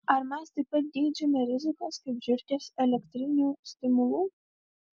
ar mes taip pat geidžiame rizikos kaip žiurkės elektrinių stimulų